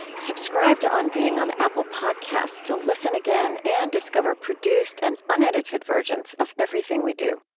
subscribe to on being on apple podcasts to listen again and discover produced and unedited versions of everything we do